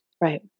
Right